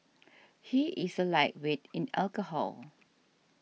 he is a lightweight in alcohol